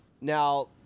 now